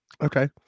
Okay